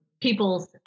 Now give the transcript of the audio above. people's